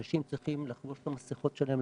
אנשים צריכים לחבוש את המסכות שלהם,